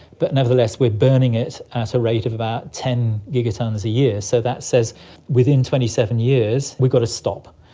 but nevertheless we are burning it at a rate of about ten gigatonnes a year, so that says within twenty seven years we've got to stop.